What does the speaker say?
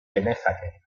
genezake